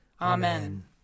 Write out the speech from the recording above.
Amen